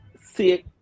See